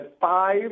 five